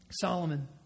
Solomon